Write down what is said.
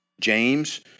James